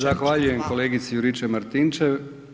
Zahvaljujem kolegici Juričev Martinčev.